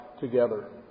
together